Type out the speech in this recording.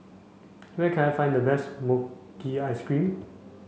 where can I find the best Mochi Ice Cream